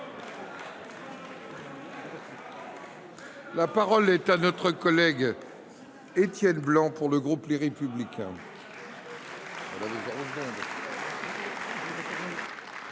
La parole est à M. Étienne Blanc, pour le groupe Les Républicains.